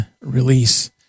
release